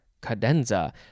Cadenza